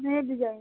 नए डिजाइन में